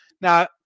Now